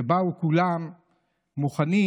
שבאו כולם מוכנים,